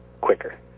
quicker